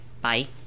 bye